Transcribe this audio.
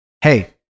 Hey